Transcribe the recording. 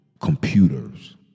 computers